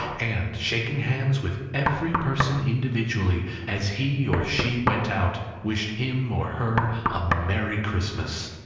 and shaking hands with every person individually as he or she went out, wished him or her a merry christmas.